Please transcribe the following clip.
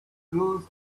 grows